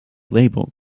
label